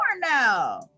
now